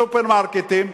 בסופרמרקטים,